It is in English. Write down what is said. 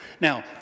Now